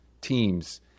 teams